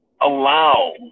allow